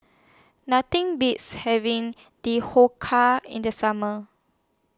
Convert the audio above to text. Nothing Beats having Dhokla in The Summer